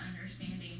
understanding